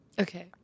Okay